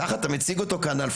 ככה אתה מציג אותו אנאלפבית,